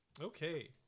Okay